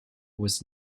was